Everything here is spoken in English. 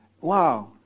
Wow